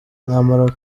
namara